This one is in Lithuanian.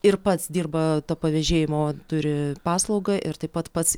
ir pats dirba ta pavėžėjimo turi paslaugą ir taip pat pats